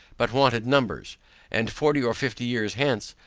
but wanted numbers and forty or fifty years hence,